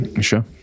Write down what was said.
sure